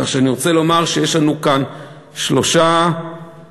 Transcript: כך שאני רוצה לומר שיש לנו כאן שלושה שינויים,